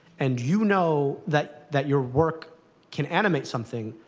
and you know that that your work can animate something,